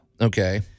Okay